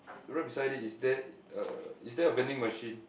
right beside it is there uh is there a vending machine